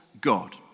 God